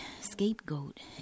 scapegoat